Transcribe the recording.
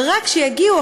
ורק כשיגיעו,